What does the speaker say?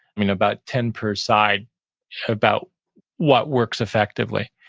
i mean, about ten per side about what works effectively.